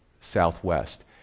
southwest